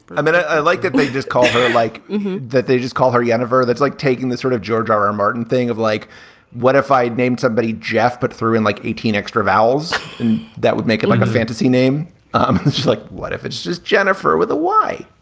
i mean, i like that they just call her like that. they just call her universe. that's like taking the sort of george r r. martin thing of like what if i named somebody jeff, but through in like eighteen extra vowels and that would make it like a fantasy name. um just just like what if it's just jennifer with a y?